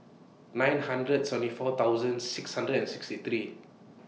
nine hundred seventy four thousand six hundred and sixty three